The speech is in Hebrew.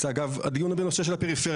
זה, אגב, הדיון שיש על הפריפריה.